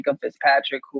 Fitzpatrick